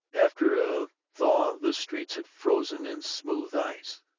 after a thaw the streets had frozen in smooth ice.